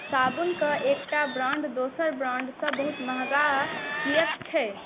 साबुनके एकटा ब्रांड दोसर ब्रांडसँ बहुत महगा किएक छै